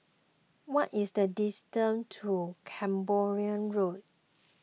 what is the distance to Camborne Road